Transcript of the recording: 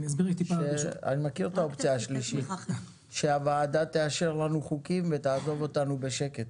אני מכיר את האופציה השלישית שהוועדה תאשר לנו חוקים ותעזוב אותנו בשקט,